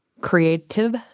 creative